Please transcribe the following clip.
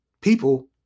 people